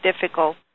difficult